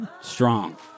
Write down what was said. Strong